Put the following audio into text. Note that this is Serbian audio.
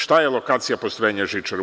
Šta je lokacija postrojenja žičare?